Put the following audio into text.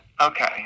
Okay